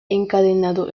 encadenado